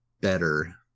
better